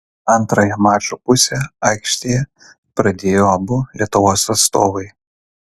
antrąją mačo pusę aikštėje pradėjo abu lietuvos atstovai